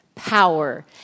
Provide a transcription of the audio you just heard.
power